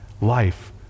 life